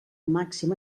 màxim